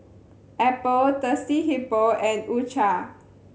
Apple Thirsty Hippo and U Cha